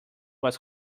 was